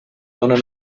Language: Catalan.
dóna